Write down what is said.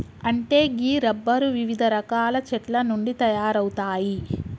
అంటే గీ రబ్బరు వివిధ రకాల చెట్ల నుండి తయారవుతాయి